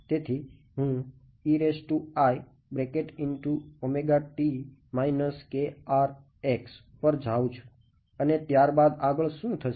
તેથી હું પર જાવ છું અને ત્યારબાદ આગળ શું થશે